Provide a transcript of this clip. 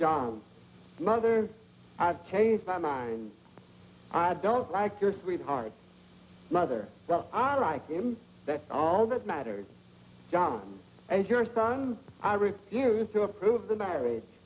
john's mother i've changed my mind i don't like your sweetheart mother but i like him that's all that matters john as your son i refuse to approve the marri